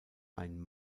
ein